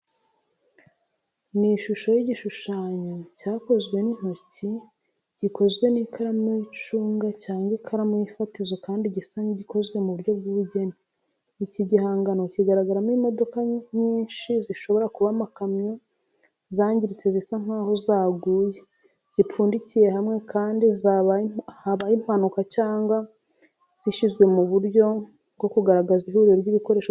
Ni shusho y’igishushanyo cyakozwe n’intoki gikozwe n'ikaramu y'icunga cyangwa ikaramu y’ifatizo kandi gisa n'igikozwe mu buryo bw'ubugeni. Iki gihangano kigaragaramo imodoka nyinshi zishobora kuba amakamyo zangiritse zisa nk’aho zaguye, zipfundikiye hamwe, nk’aho zabaye impanuka cyangwa zishyizwe mu buryo bwo kugaragaza ihuriro ry’ibikoresho bya tekiniki.